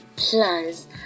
Plans